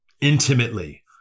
Intimately